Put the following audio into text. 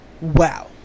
Wow